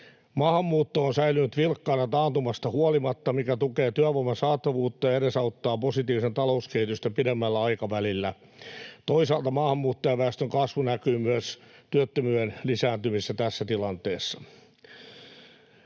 Maahanmuutto on säilynyt vilkkaana taantumasta huolimatta, mikä tukee työvoiman saatavuutta ja edesauttaa positiivista talouskehitystä pidemmällä aikavälillä. Toisaalta maahanmuuttajaväestön kasvu näkyy myös työttömyyden lisääntymisessä tässä tilanteessa.